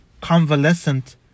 convalescent